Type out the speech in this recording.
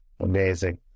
Amazing